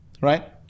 right